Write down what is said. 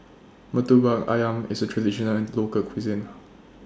Murtabak Ayam IS A Traditional Local Cuisine